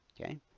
okay